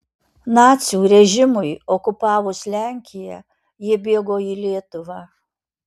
nacių režimui okupavus lenkiją jie bėgo į lietuvą